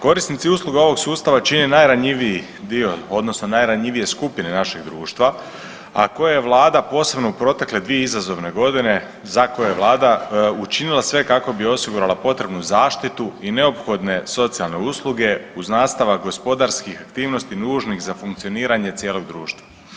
Korisnici usluga ovog sustava čine najranjiviji dio odnosno najranjivije skupine našeg društva, a koje vlada posebno u protekle 2 izazovne godine za koje je vlada učinila sve kako bi osigurala potrebnu zaštitu i neophodne socijalne usluge uz nastavak gospodarskih aktivnosti nužnih za funkcioniranje cijelog društva.